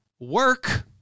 Work